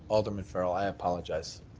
alderman farrell, i apologize.